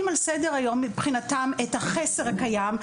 על סדר היום מבחינתם את החסר הקיים,